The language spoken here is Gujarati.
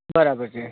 બરાબર છે